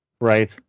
right